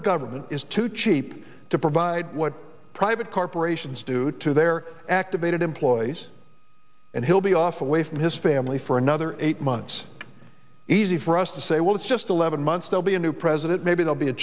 government is too cheap to provide what private corporations do to their activated employees and he'll be off away from his family for another eight months easy for us to say well it's just eleven months they'll be a new president maybe they'll be a